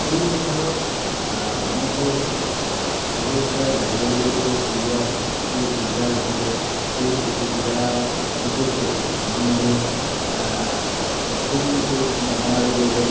সেই সময়ত মানুহৰ ঘৰৰ পৰা বাহিৰৰলৈকে ওলোৱাত যিটো অসুবিধা হৈছিলে সেই অসুবিধাৰ পিছতো মানুহে কোনোমতে মহামাৰীৰ লগত